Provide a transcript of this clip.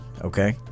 Okay